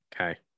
Okay